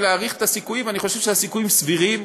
להעריך את הסיכויים, אני חושב שהסיכויים סבירים.